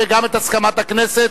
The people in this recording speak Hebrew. וגם את הסכמת הכנסת,